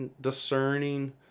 discerning